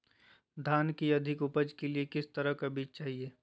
धान की अधिक उपज के लिए किस तरह बीज चाहिए?